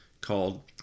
called